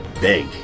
big